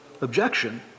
objection